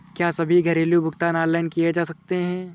क्या सभी घरेलू भुगतान ऑनलाइन किए जा सकते हैं?